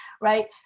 right